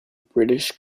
british